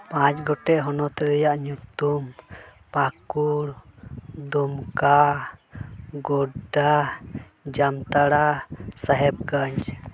ᱯᱟᱸᱪ ᱜᱚᱴᱮᱱ ᱦᱚᱱᱚᱛ ᱨᱮᱭᱟᱜ ᱧᱩᱛᱩᱢ ᱯᱟᱹᱠᱩᱲ ᱫᱩᱢᱠᱟ ᱜᱳᱰᱰᱟ ᱡᱟᱢᱛᱟᱲᱟ ᱥᱟᱦᱮᱵᱜᱚᱸᱡᱽ